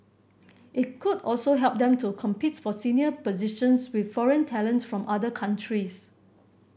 it could also help them to compete for senior positions with foreign talent from other countries